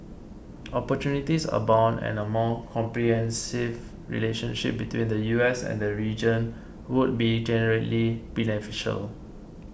opportunities abound and a more comprehensive relationship between the U S and the region would be generally beneficial